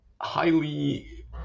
highly